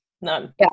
none